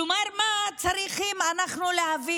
כלומר, מה אנחנו צריכים להבין?